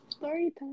Sorry